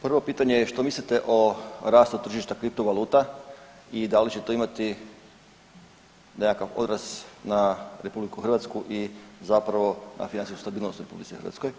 Prvo pitanje je što mislite o rastu tržišta kriptovaluta i da li će to imati nekakav odraz na RH i zapravo na financijsku stabilnost u RH?